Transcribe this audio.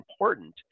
important